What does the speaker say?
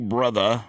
Brother